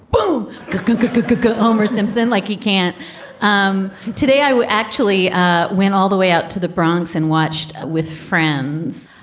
boom. good, good, good, good, good, good. homer simpson like he can't um today. i actually ah went all the way out to the bronx and watched with friends